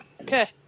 Okay